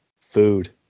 Food